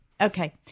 Okay